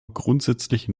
grundsätzlich